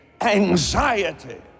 anxiety